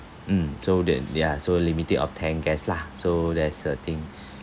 mm so that they are so limited of ten guest lah so that's the thing